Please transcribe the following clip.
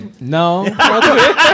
No